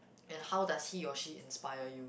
and how does he or she inspire you